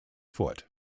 foot